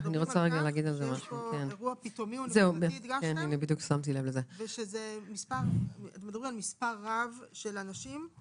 כתוב פה "אירוע פתאומי ונקודתי" ו"מספר רב של אנשים"